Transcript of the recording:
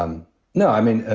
um no, i mean,